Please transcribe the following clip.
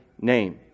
name